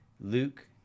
Luke